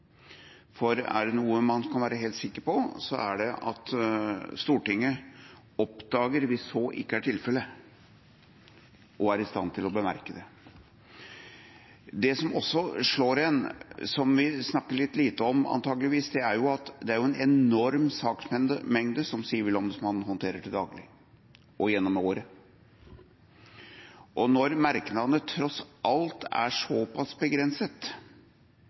arbeid. Er det noe man kan være helt sikker på, er det at Stortinget oppdager det hvis så ikke er tilfellet, og er i stand til å bemerke det. Det som også slår en, som vi snakker litt lite om, antakeligvis, er at det er en enorm saksmengde som Sivilombudsmannen håndterer til daglig og gjennom året. Når merknadene tross alt er såpass begrenset